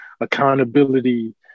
accountability